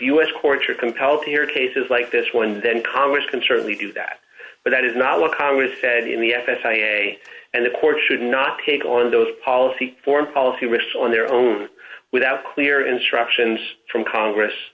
are compelled to hear cases like this one then congress can certainly do that but that is not what congress said in the f s a and the court should not take on those policy foreign policy risks on their own without clear instructions from congress